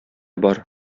бар